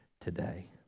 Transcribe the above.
today